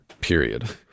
Period